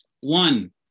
One